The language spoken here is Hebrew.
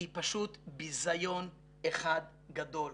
היא פשוט ביזיון אחד גדול.